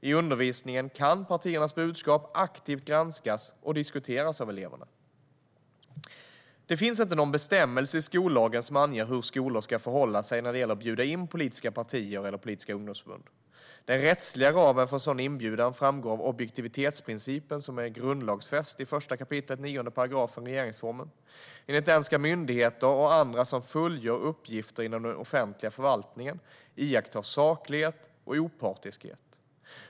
I undervisningen kan partiernas budskap aktivt granskas och diskuteras av eleverna. Det finns inte någon bestämmelse i skollagen som anger hur skolor ska förhålla sig när det gäller att bjuda in politiska partier eller politiska ungdomsförbund. Den rättsliga ramen för en sådan inbjudan framgår av objektivitetsprincipen som är grundlagsfäst i 1 kap. 9 § regeringsformen. Enligt den ska myndigheter och andra som fullgör uppgifter inom den offentliga förvaltningen iaktta saklighet och opartiskhet.